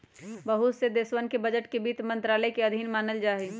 बहुत से देशवन के बजट के वित्त मन्त्रालय के अधीन मानल जाहई